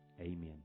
Amen